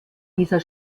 dieser